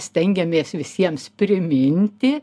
stengiamės visiems priminti